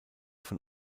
von